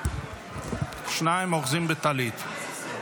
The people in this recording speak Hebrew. שניים אוחזים בטלית.